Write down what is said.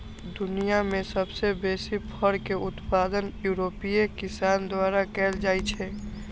दुनिया मे सबसं बेसी फर के उत्पादन यूरोपीय किसान द्वारा कैल जाइ छै